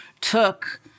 took